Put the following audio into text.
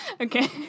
Okay